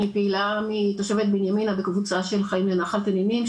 אני פעילה תושבת בנימינה וקבוצה של חיים לנחל תנינים,